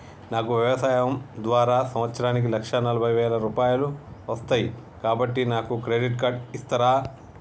నాకు వ్యవసాయం ద్వారా సంవత్సరానికి లక్ష నలభై వేల రూపాయలు వస్తయ్, కాబట్టి నాకు క్రెడిట్ కార్డ్ ఇస్తరా?